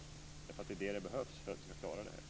Det är vad som behövs för att vi ska klara detta.